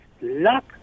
luck